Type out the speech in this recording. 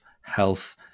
health